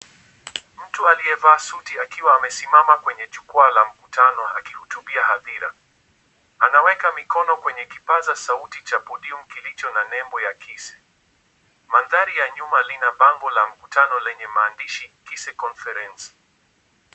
Mtu aliyevaa suti akiwa amesimama kwenye jukua la mkutano akihutubia hadhira. Anaweka mikono kwenye kipaza sauti cha podium kilicho na nembo ya KISE. Mandhari ya nyuma lina bango la Mkutano lenye Maandishi: KISE Conference.